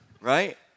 Right